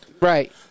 Right